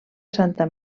santa